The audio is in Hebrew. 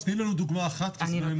תני לנו דוגמה אחת כזו.